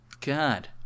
God